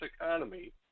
economy